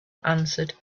answered